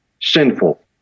sinful